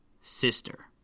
Sister